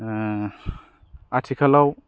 आथिखालाव